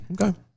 Okay